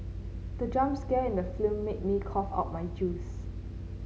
the jump scare in the film made me cough out my juice